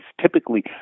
typically